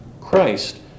Christ